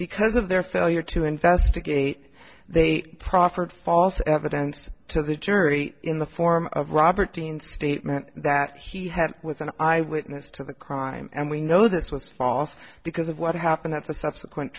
because of their failure to investigate they proffered false evidence to the jury in the form of robert dean's statement that he had with an eye witness to the crime and we know this was false because of what happened at the subsequent